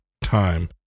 time